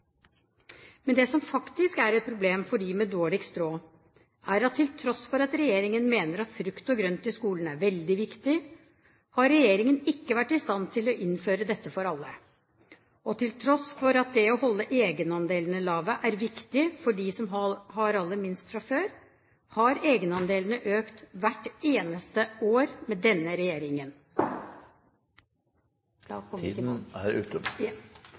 Men det som faktisk er et problem for dem med dårligst råd, er at til tross for at regjeringen mener at frukt og grønt i skolen er veldig viktig, har regjeringen ikke vært i stand til å innføre dette for alle, og til tross for at det å holde egenandelene lave er viktig for dem som har aller minst fra før, har egenandelene økt hvert eneste år med denne regjeringen. Da kommer vi tilbake … Tiden er ute.